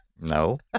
no